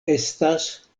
estas